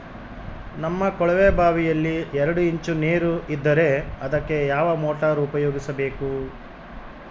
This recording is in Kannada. ನಮ್ಮ ಕೊಳವೆಬಾವಿಯಲ್ಲಿ ಎರಡು ಇಂಚು ನೇರು ಇದ್ದರೆ ಅದಕ್ಕೆ ಯಾವ ಮೋಟಾರ್ ಉಪಯೋಗಿಸಬೇಕು?